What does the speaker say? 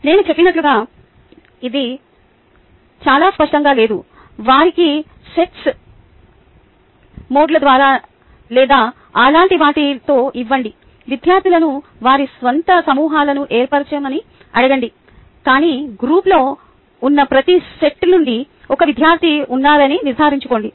నేను చెప్పినట్లుగా ఇది చాలా స్పష్టంగా లేదు వారికి సెట్స్ మూడ్లె ద్వారా లేదా అలాంటి వాటితో ఇవ్వండి విద్యార్థులను వారి స్వంత సమూహాలను ఏర్పరచమని అడగండి కాని గ్రూప్లో ఉన్న ప్రతి సెట్ నుండి ఒక విద్యార్థి ఉన్నారని నిర్ధారించుకోండి